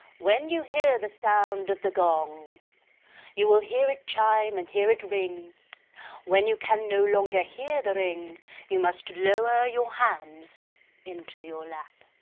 when you hear the sound of the gong you will hear it chime and hear it ring when you can no longer hear the ring you must lower your hands in to your lap.